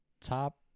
top